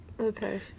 Okay